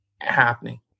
happening